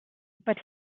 but